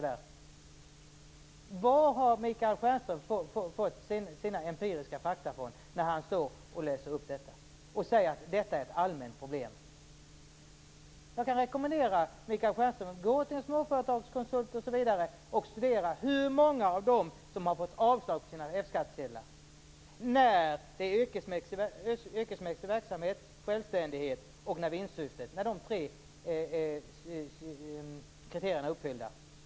Varifrån har Michael Stjernström fått de empiriska fakta som han räknar upp? Han säger dessutom att det är ett allmänt problem. Jag kan rekommendera Michael Stjernström att söka upp en småföretagskonsult för att studera hur många det är som fått avslag på sin ansökan om F skattsedel när de tre kriterierna - som alltså gäller yrkesmässig verksamhet, självständighet och detta med ett vinstsyfte - är uppfyllda.